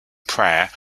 prayer